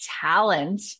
talent